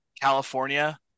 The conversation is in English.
California